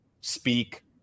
speak